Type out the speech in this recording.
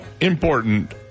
important